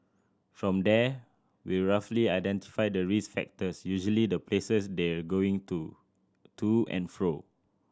from there we roughly identify the risk factors usually the places they're going to to and fro